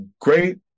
Great